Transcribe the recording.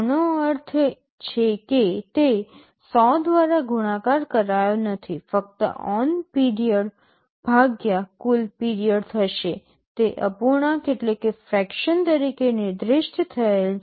આનો અર્થ એ છે કે તે 100 દ્વારા ગુણાકાર કરાયો નથી ફક્ત ઓન્ પીરિયડ ભાગ્યા કુલ પીરિયડ થશે તે અપૂર્ણાંક તરીકે નિર્દિષ્ટ થયેલ છે